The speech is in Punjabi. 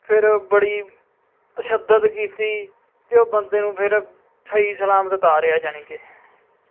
ਫੇਰ ਬੜੀ ਤਸ਼ੱਦਦ ਕੀਤੀ ਅਤੇ ਉਹ ਬੰਦੇ ਨੂੰ ਫੇਰ ਸਹੀ ਸਲਾਮਤ ਉਤਾਰਿਆ ਜਾਣੀ ਕਿ